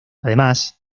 además